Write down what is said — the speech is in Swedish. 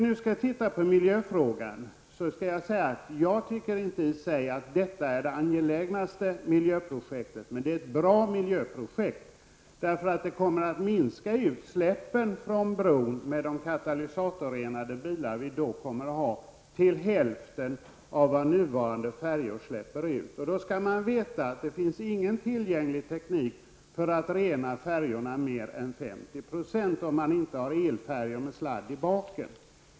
Beträffande miljöfrågan skall jag säga att jag inte tycker att det här projektet är det angelägnaste miljöprojektet, men det är ett bra miljöprojekt därför att utsläppen från bron, med de katalysatorrenade bilar som vi då kommer att ha, kommer att minskas till hälften av vad nuvarande färjor släpper ut. Då skall man veta att det inte finns någon teknik tillgänglig för att rena utsläppen från färjorna till mer än 50 %, om det inte är en elfärja med sladd bakom.